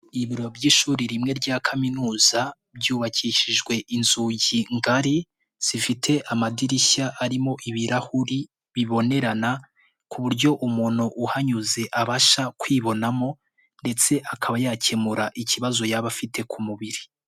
Ibiro by'ishuri rimwe rya kaminuza, ryubakishijwe inzugi ngari zifite amadirishya arimo ibirahuri bibonerana ku buryo umuntu uhanyuze abasha kwibonamo ndetse akaba yakemura ikibazo yaba afite ku mubiri.